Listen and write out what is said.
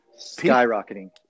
Skyrocketing